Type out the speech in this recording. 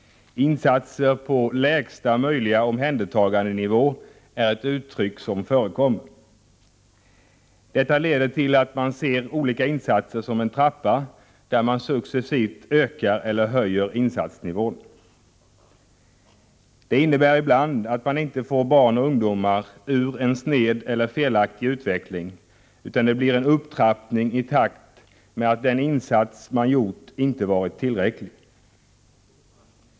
”Insatser på lägsta möjliga omhändertagandenivå” är ett uttryck som förekommer. Detta leder till att man ser olika insatser som en trappa, där man successivt ökar insatsnivån. Det innebär ibland att man inte får barn och ungdomar att komma ur en sned eller felaktig utveckling, utan det blir en upptrappning i takt med att den insats man gjort inte varit tillräcklig.